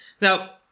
now